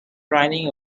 running